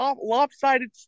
lopsided